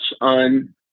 on